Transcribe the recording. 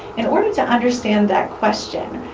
in order to understand that question,